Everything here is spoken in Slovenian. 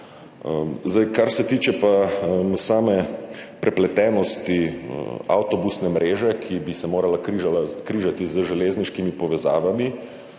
Kar se pa tiče same prepletenosti avtobusne mreže, ki bi se morala križati z železniškimi povezavami,